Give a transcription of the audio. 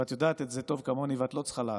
ואת יודעת את זה טוב כמוני, ואת לא צריכה לענות,